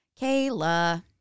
Kayla